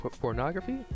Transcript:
pornography